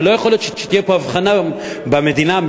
ולא יכול להיות שתהיה פה במדינה הבחנה